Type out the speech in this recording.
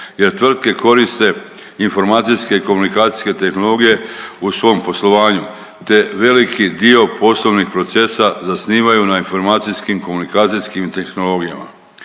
jer tvrtke koriste informacijske, komunikacijske tehnologije u svom poslovanju, te veliki dio poslovnih procesa zasnivaju na informacijskim komunikacijskim tehnologijama.